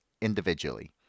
individually